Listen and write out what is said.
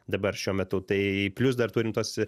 dabar šiuo metu tai plius dar turint tuos